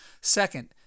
Second